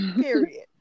Period